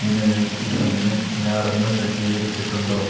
നിലവിൽ എന്തെങ്കിലും അലാറങ്ങൾ സജ്ജീകരിച്ചിട്ടുണ്ടോ